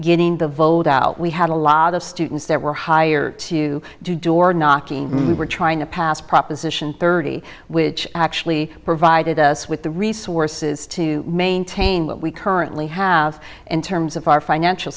getting the vote out we had a lot of students that were hired to do door knocking we were trying to pass proposition thirty which actually provided us with the resources to maintain what we currently have in terms of our financial